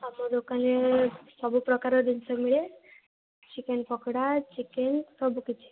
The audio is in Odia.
ଆମ ଦୋକାନରେ ସବୁ ପ୍ରକାରର ଜିନିଷ ମିଳେ ଚିକେନ ପକୋଡା ଚିକେନ ସବୁ କିଛି